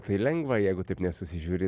tai lengva jeigu taip nesusižiūri